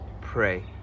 Pray